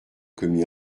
commis